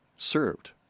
served